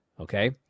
Okay